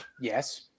yes